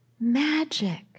Magic